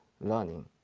learning